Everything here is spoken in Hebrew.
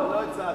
לא הצעתי.